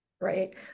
right